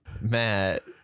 Matt